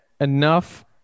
enough